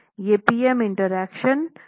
ये P M interaction curve कैसे करते हैं